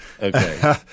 okay